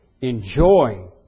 Enjoy